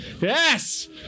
Yes